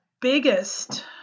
biggest